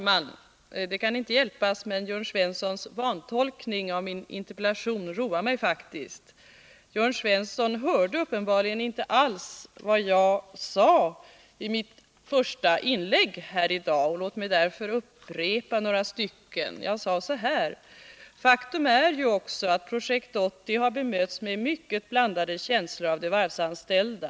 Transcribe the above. Fru talman! Det kan inte hjälpas, men Jörn Svenssons vantolkning av min interpellation roar mig faktiskt. Jörn Svensson hörde uppenbarligen inte alls vad jag sade i mitt första inlägg här i dag, och låt mig därför upprepa några stycken. Jag sade så här: Faktum är ju också att Projekt 80 har bemötts med mycket blandade känslor av de varvsanställda.